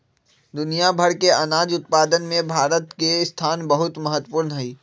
दुनिया भर के अनाज उत्पादन में भारत के स्थान बहुत महत्वपूर्ण हई